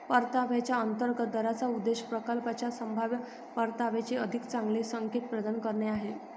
परताव्याच्या अंतर्गत दराचा उद्देश प्रकल्पाच्या संभाव्य परताव्याचे अधिक चांगले संकेत प्रदान करणे आहे